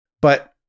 But-